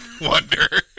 wonder